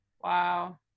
Wow